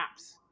apps